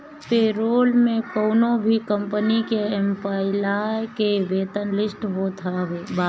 payroll में कवनो भी कंपनी के एम्प्लाई के वेतन लिस्ट होत बावे